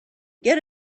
get